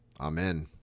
Amen